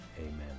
Amen